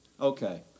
Okay